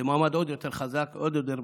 זה מעמד עוד יותר חזק, עוד יותר מכבד,